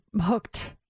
hooked